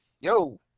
yo